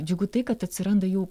džiugu tai kad atsiranda jau